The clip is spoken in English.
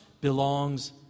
belongs